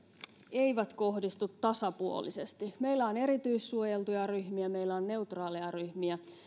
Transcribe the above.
eivät kohdistu tasapuolisesti meillä on erityissuojeltuja ryhmiä meillä on neutraaleja ryhmiä